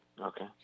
Okay